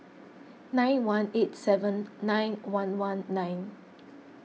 nine one eight seven nine one one nine